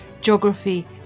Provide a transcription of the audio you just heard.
geography